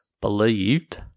believed